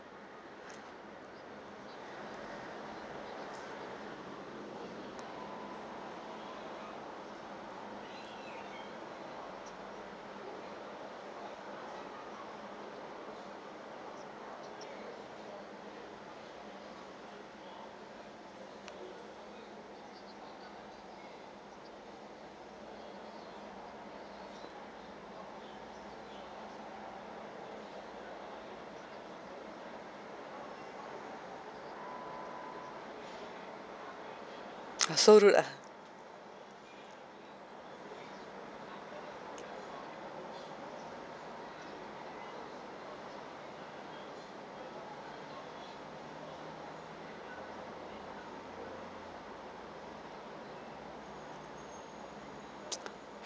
so rude ah